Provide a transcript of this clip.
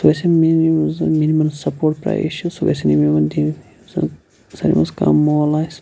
سُہ ٲسِنۍ یُس زَن مِنِمَم سَپوٹ پرایس چھُ گَژھان یِم یِمَن دِن کَم مال آسہِ